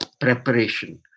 preparation